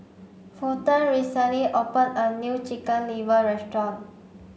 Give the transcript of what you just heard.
Fulton recently opened a new Chicken Liver restaurant